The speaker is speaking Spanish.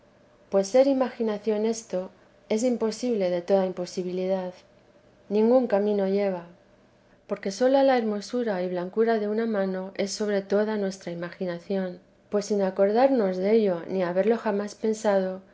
pues ser imaginación esto es imposible de toda imposibilidad ningún camino lleva porque sola la hermosura y blancura de una mano es sobre toda nuestra imaginación pues sin acordarnos dello ni haberlo jamás pensado